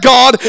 God